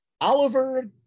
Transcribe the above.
Oliver